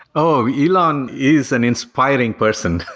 oh, elon is an inspiring person.